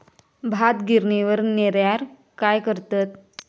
भात गिर्निवर नेल्यार काय करतत?